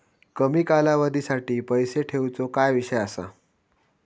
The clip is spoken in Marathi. कमी कालावधीसाठी पैसे ठेऊचो काय विषय असा?